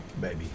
baby